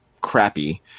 crappy